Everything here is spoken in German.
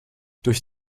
durch